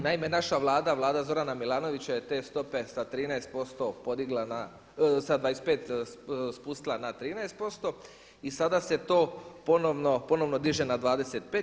Naime, naša Vlada, Vlada Zorana Milanovića je te stope sa 13% podigla na, sa 25 spustila na 13% i sada se to ponovno diže na 25.